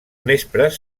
nespres